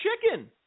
Chicken